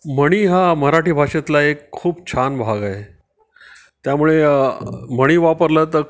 म्हणी हा मराठी भाषेतला एक खूप छान भाग आहे त्यामुळे म्हणी वापरलं तर